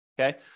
okay